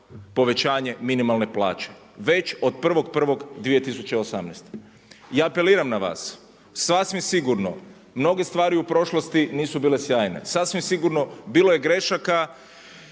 povećanje minimalne plaće, već od 1.1.2018. I apeliram na vas sasvim sigurno mnoge stvari u prošlosti nisu bile sjajne, sasvim sigurno bilo je grešaka